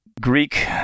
Greek